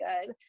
good